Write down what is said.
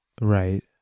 right